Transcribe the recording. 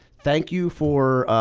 thank you for